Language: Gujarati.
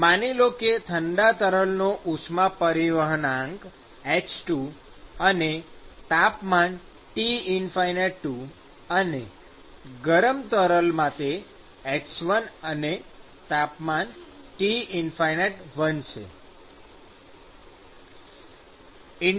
માની લો કે ઠંડા તરલનો ઉષ્મા પરિવહનાંક h2 અને તાપમાન T∞2 અને ગરમ તરલ માટે h1 અને T∞1 છે સ્નેપશોટ જુઓ